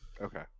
Okay